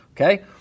okay